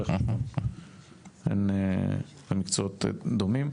הם מקצועות דומים.